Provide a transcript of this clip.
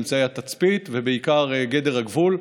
אמצעי התצפית ובעיקר גדר הגבול.